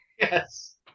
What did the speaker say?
Yes